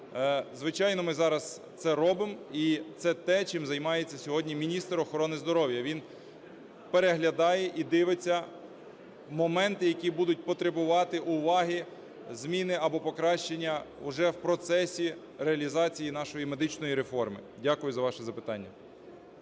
звичайно, ми зараз це робимо, і це те, чим займається сьогодні міністр охорони здоров'я, він переглядає і дивиться моменти, які будуть потребувати уваги, зміни або покращання уже в процесі реалізації нашої медичної реформи. Дякую за ваше запитання.